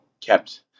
kept